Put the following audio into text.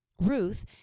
Ruth